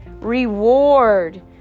reward